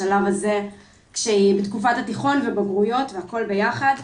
בשלב הזה כשהיא בתקופת התיכון ובגרויות והכול ביחד.